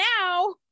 now